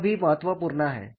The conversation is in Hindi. यह भी महत्वपूर्ण है